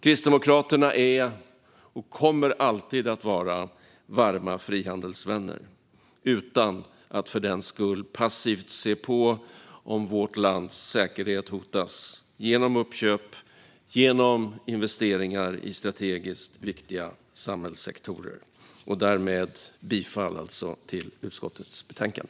Kristdemokraterna är och kommer alltid att vara varma frihandelsvänner, utan att för den skull passivt se på om vårt lands säkerhet hotas genom uppköp och investeringar i strategiskt viktiga samhällssektorer. Därmed yrkar jag bifall till utskottets förslag.